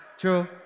True